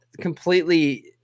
completely